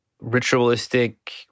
ritualistic